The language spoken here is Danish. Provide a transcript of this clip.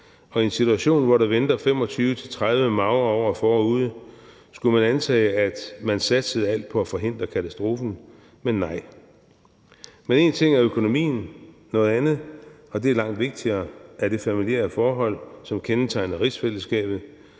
og i en situation, hvor der venter 25-30 magre år forude, skulle man antage, at man satsede alt på at forhindre katastrofen, men nej. Men en ting er økonomien, og noget andet – og det er langt vigtigere – er det familiære forhold, som kendetegner rigsfællesskabet.